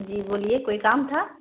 جی بولیے کوئی کام تھا